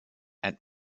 and